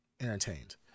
entertained